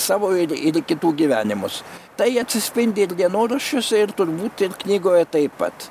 savo ir į kitų gyvenimus tai atsispindi ir dienoraščiuose ir turbūt ir knygoje taip pat